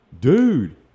Dude